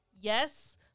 yes